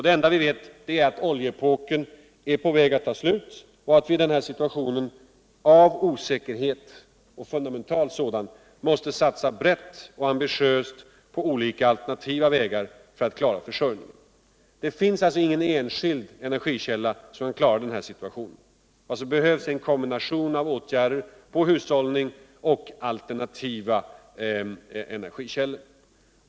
Det enda vi vet är att oljeepoken är på väg att ta slut och att vitdenna situation av osäkerhet — en fundamental sådan — måste satsa brett och ambitiöst på olika alternativa vägar för att klara försörjningen, Det finns alltså ingen enskild energikälla som kan klara den här situationen. Vad som behövs är en kombination av åtgärder på hushållningssidan och när det gäller alternativa energikällor.